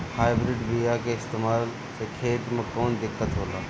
Hybrid बीया के इस्तेमाल से खेत में कौन दिकत होलाऽ?